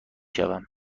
شوم